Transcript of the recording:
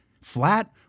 flat